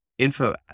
Info